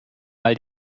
mal